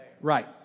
Right